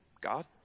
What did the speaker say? God